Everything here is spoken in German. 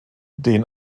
den